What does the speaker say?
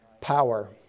Power